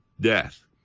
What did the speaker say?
death